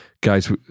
guys